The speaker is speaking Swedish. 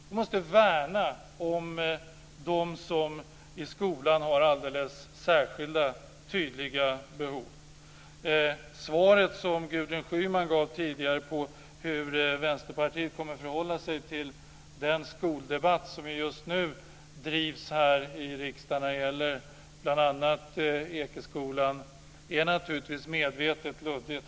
Vi måste värna om dem som i skolan har alldeles särskilda tydliga behov. Svaret som Gudrun Schyman gav tidigare på frågan hur Vänsterpartiet kommer att förhålla sig till den skoldebatt som just nu förs i riksdagen när det gäller bl.a. Ekeskolan är naturligtvis medvetet luddigt.